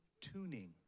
tuning